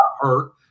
hurt